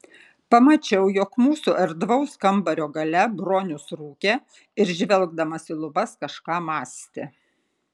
pamačiau jog mūsų erdvaus kambario gale bronius rūkė ir žvelgdamas į lubas kažką mąstė